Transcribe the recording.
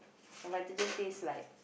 no Vitagen taste like